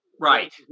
Right